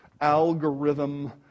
algorithm